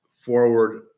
forward